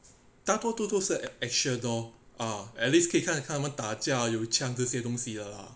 大多数都是 action lor ah at least 可以看他们打架有枪这些东西 lor